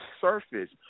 surface